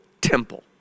temple